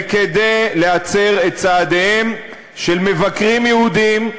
וכדי להצר את צעדיהם של מבקרים יהודים,